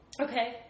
Okay